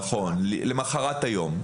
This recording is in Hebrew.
נכון, למוחרת היום.